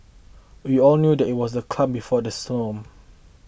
we all knew that it was the calm before the storm